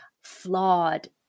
flawed